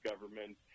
government